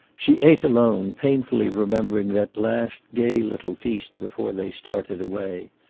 she ate alone, painfully remembering that last gay little feast before they started away.